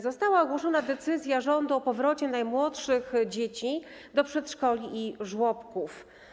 Została ogłoszona decyzja rządu o powrocie najmłodszych dzieci do przedszkoli i żłobków.